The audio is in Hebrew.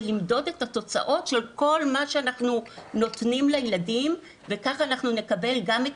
ולמדוד את התוצאות של כל מה שאנחנו נותנים לילדים וכך אנחנו נקבל גם את